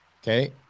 Okay